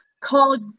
called